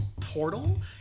portal